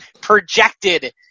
projected